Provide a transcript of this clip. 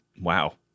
Wow